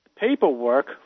Paperwork